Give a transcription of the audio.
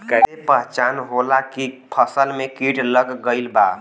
कैसे पहचान होला की फसल में कीट लग गईल बा?